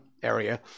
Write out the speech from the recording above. area